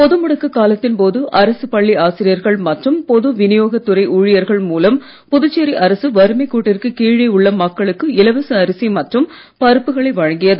பொது முடக்க காலத்தின் போது அரசுப் பள்ளி ஆசிரியர்கள் மற்றும் பொது விநியோகத்துறை ஊழியர்கள் மூலம் புதுச்சேரி அரசு வறுமை கோட்டிற்கு கீழே உள்ள மக்களுக்கு இலவச அரிசி மற்றும் பருப்புகளை வழங்கியது